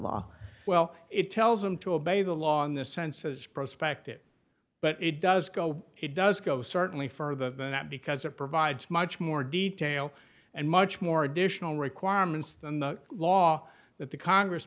law well it tells them to obey the law in this sense as prospective but it does go it does go certainly for the that because it provides much more detail and much more additional requirements than the law that the congress